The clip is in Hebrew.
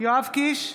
יואב קיש,